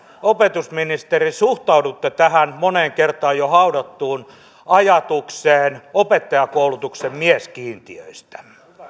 opetusministeri suhtaudutte tähän moneen kertaan jo haudattuun ajatukseen opettajankoulutuksen mieskiintiöistä